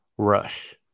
Rush